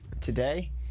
today